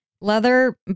leather